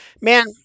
man